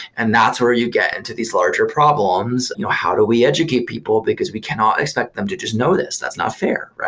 and that's where you get into these larger problems? how do we educate people? because we cannot expect them to just know this. that's not fair, right?